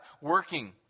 working